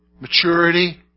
maturity